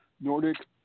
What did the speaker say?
Nordic